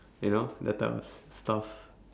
you know that type of s~ stuff